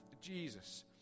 Jesus